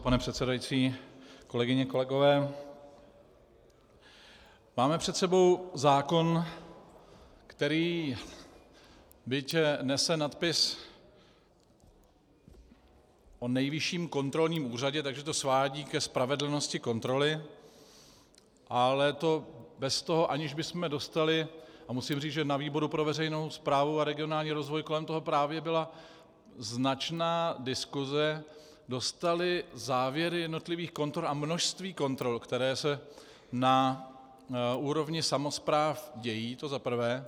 Pane předsedající, kolegyně, kolegové, máme před sebou zákon, který byť nese nadpis o Nejvyšším kontrolním úřadě, tak že to svádí ke spravedlnosti kontroly, ale to bez toho, aniž bychom dostali, a musím říct, že na výboru pro veřejnou správu a regionální rozvoj kolem toho právě byla značná diskuse, dostali závěry jednotlivých kontrol a množství kontrol, které se na úrovni samospráv dějí, to za prvé.